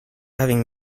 having